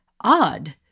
odd